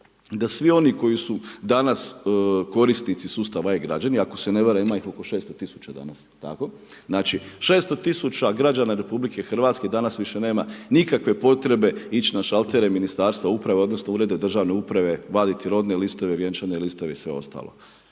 da svi oni koji su danas korisnici sustava e-građana, ako se ne varam ima ih oko 600000 danas, jel tako. Znači 600000 građana RH danas više nema nikakvih potrebe ići na šaltere ministarstva uprave, odnosno, ureda državne uprave, vaditi rodne listove, vjenčane listove i sve ostalo.